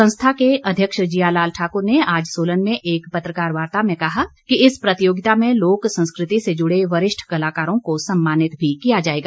संस्था के अध्यक्ष जिया लाल ठाकुर ने आज सोलन में एक पत्रकार वार्ता में कहा कि इस प्रतियोगिता में लोक संस्कृति से जुड़े वरिष्ठ कलाकारों को सम्मानित भी किया जाएगा